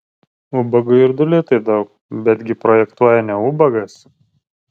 ubagui ir du litai daug betgi projektuoja ne ubagas